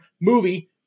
movie